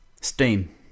Steam